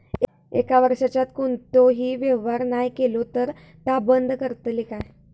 एक वर्षाच्या आत कोणतोही व्यवहार नाय केलो तर ता बंद करतले काय?